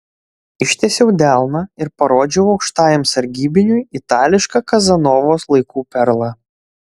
ištiesiau delną ir parodžiau aukštajam sargybiniui itališką kazanovos laikų perlą